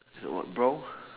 that what brown